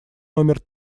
номер